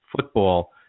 football